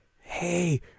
hey